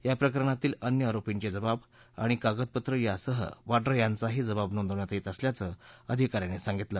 या प्रकरणातील अन्य आरोपींचे जबाब आणि कागदपत्रं यांसह वाड्रा यांचाही जबाब नोंदवण्यात येत असल्याचं अधिका यांनी सांगितलं